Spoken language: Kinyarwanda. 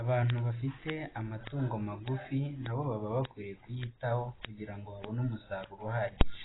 Abantu bafite amatungo magufi na bo baba bakwiye kuyitaho kugira ngo babone umusaruro uhagije,